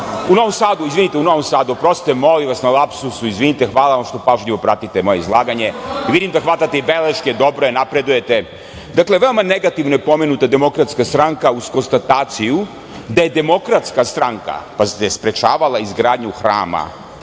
Novom Sadu, izvinite, oprostite, molim vas, na lapsusu. Izvinite, hvala vam što pažljivo pratite moje izlaganje. Vidim da hvatate i beleške. Dobro je, napredujete. Dakle, veoma negativno je pomenuta Demokratska stranka, uz konstataciju da je Demokratska stranka, pazite, sprečavala izgradnju hrama